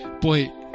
Boy